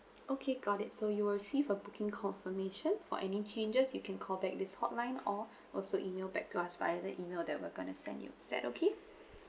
okay got it so you will receive a booking confirmation for any changes you can call back this hotline or also email back to us via the email that we're gonna send you is that okay